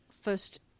first